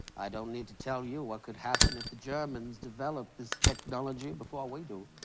i don't need to tell you what could happen if the germans developed this technology before we do.